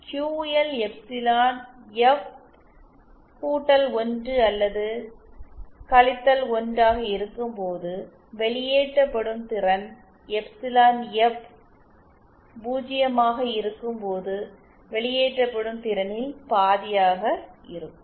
QL epsilon F 1 அல்லது 1 ஆக இருக்கும்போது வெளியேற்றப்படும் திறன் எப்சிலன் எஃப் 0 ஆக இருக்கும்போது வெளியேற்றப்படும் திறனில் பாதியாக இருக்கும்